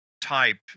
type